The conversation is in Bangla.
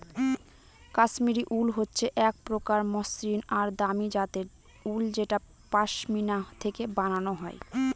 কাশ্মিরী উল হচ্ছে এক প্রকার মসৃন আর দামি জাতের উল যেটা পশমিনা থেকে বানানো হয়